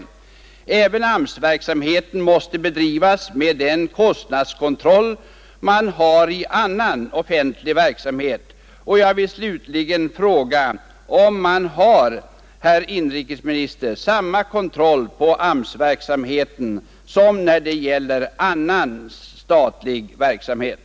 Även AMS-verksamheten måste bedrivas med den kostnadskontroll man har i annan offentlig verksamhet. Och jag vill slutligen fråga: Har man, herr inrikesminister, samma kontroll på AMS-verksamheten som när det gäller annan statlig verksamhet?